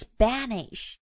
Spanish